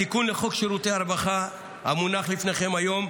התיקון לחוק שירותי רווחה המונח לפניכם היום,